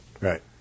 Right